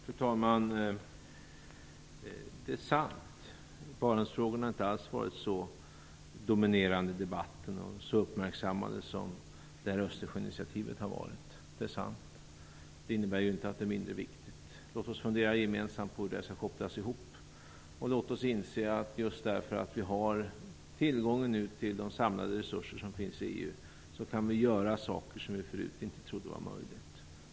Fru talman! Det är sant att Barentsfrågorna inte har varit så dominerande i debatten och så uppmärksammade som Östersjöinitiativet har varit. Det innebär inte att det är mindre viktigt. Låt oss gemensamt fundera på hur det skall kopplas ihop. Låt oss inse att just därför att vi nu har tillgång till de samlade resurser som finns i EU kan vi göra saker som vi förut inte trodde vara möjligt.